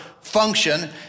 function